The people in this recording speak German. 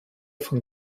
von